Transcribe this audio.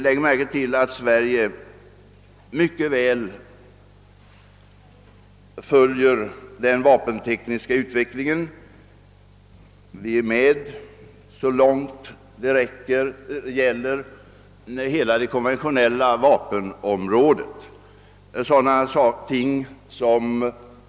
Lägg märke till att Sverige mycket väl följer med i den vapentekniska utvecklingen inom hela det konventionella vapenområdet.